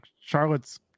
Charlotte's